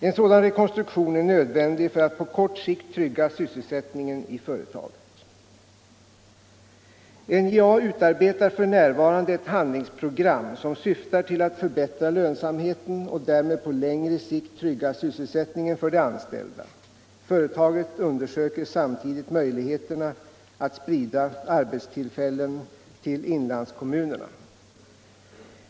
En sådan rekonstruktion är nödvändig för att på kort sikt trygga sysselsättningen i företaget. NJA utarbetar f. n. ett handlingsprogram som syftar till att förbättra lönsamheten och därmed på längre sikt trygga sysselsättningen för de anstälida. Företaget undersöker samtidigt möjligheterna att sprida arbetstillfällen till inlandskommunerna.